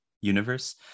universe